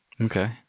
Okay